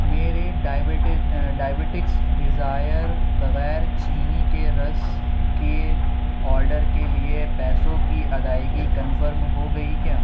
میرے diabetic diabetics desire بغیر چینی کے رس کے آڈر کے لیے پیسوں کی ادائیگی کنفرم ہو گئی کیا